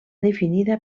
definida